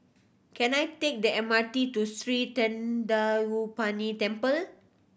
can I take the M R T to Sri Thendayuthapani Temple